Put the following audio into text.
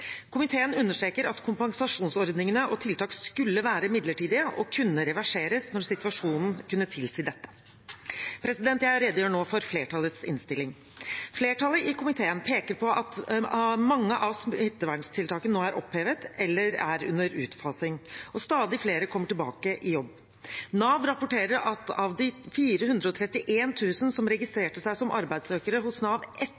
Komiteen understreker at kompensasjonsordningene og tiltakene skulle være midlertidige og kunne reverseres når situasjonen tilsa dette. Jeg redegjør nå for flertallet i innstillingen. Flertallet i komiteen peker på at mange av smittevernstiltakene nå er opphevet eller er under utfasing, og at stadig flere kommer tilbake i jobb. Nav rapporterer at av de 431 000 som registrerte seg som arbeidssøkere hos Nav